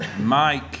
Mike